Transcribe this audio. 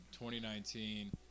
2019